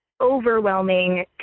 overwhelming